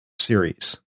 series